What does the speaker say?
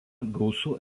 gausu